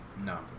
No